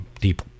deep